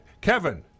kevin